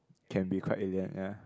can be quite alien ya